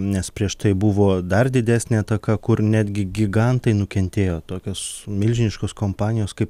nes prieš tai buvo dar didesnė ataka kur netgi gigantai nukentėjo tokios milžiniškos kompanijos kaip